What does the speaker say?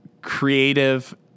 creative